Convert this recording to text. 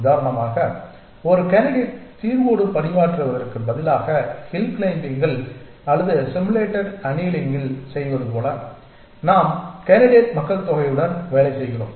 உதாரணமாக ஒரு கேண்டிடேட் தீர்வோடு பணியாற்றுவதற்குப் பதிலாக ஹில் க்ளைம்பிங்கில் அல்லது சிமுலேட்டட் அனீலிங்கில் செய்வது போல நாம் கேண்டிடேட் மக்கள்தொகையுடன் வேலை செய்கிறோம்